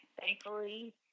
thankfully